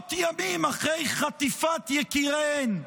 מאות ימים אחרי חטיפת יקיריהן,